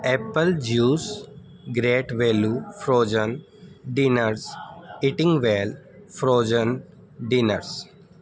apple juice great value frozen dinners eating well frozen dinners